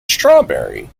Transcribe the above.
strawberry